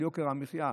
על יוקר המחיה,